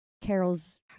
Carol's